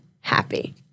happy